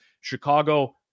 Chicago